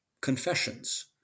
confessions